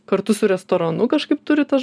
kartu su restoranu kažkaip turi tas